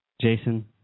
Jason